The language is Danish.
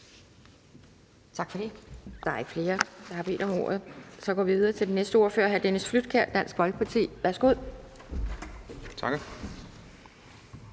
Tak for det.